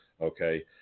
okay